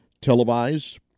televised